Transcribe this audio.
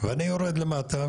אני יורד למטה.